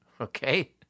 okay